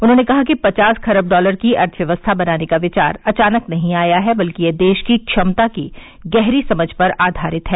उन्होंने कहा कि पचास खरब डॉलर की अर्थव्यवस्था बनाने का विचार अचानक नहीं आया है बल्कि यह देश की क्षमता की गहरी समझ पर आधारित है